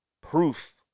proof